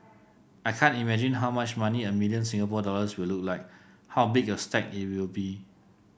I can't imagine how much money a million Singapore dollars will look like how big a stack it will be